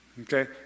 Okay